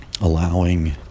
allowing